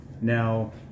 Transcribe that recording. Now